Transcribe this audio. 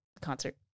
concert